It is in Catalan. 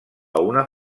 una